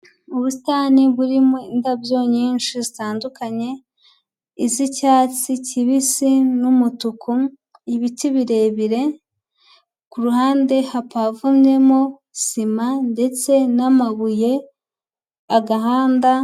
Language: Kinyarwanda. Ubusitani burimo indabyo nyinshi zitandukanye, izicyatsi kibisi n'umutuku, ibiti birebire. Ku ruhande hapavumwemo sima ndetse n'amabuye agahanda.